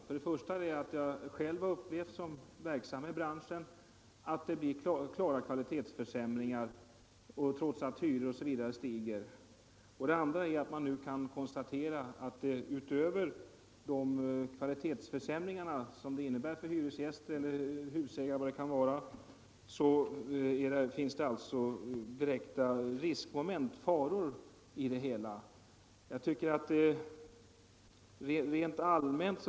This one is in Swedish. För det första har jag själv upplevt, som verksam i branschen, att det blir klara kvalitetsförsämringar för hyresgäster och husägare trots att hyror osv. stiger. För det andra kan man nu konstatera att det finns direkta riskmoment — faror — i detta sammanhang.